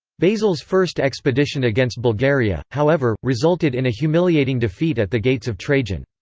basil's first expedition against bulgaria, however, resulted in a humiliating defeat at the gates of trajan.